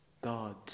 God